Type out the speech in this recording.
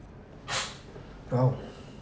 well